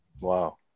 Wow